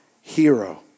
hero